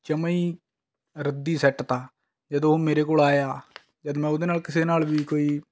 ਜਮ੍ਹਾਂ ਹੀ ਰੱਦੀ ਸੈੱਟ ਤਾ ਜਦੋਂ ਉਹ ਮੇਰੇ ਕੋਲ ਆਇਆ ਜਦ ਮੈਂ ਉਹਦੇ ਨਾਲ ਕਿਸੇ ਨਾਲ ਵੀ ਕੋਈ